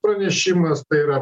pranešimas tai yra